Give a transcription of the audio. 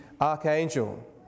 Archangel